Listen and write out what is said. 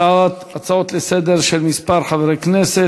מס' 1729,